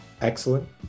Excellent